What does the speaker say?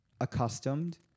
accustomed